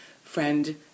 friend